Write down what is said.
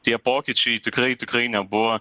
tie pokyčiai tikrai tikrai nebuvo